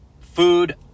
food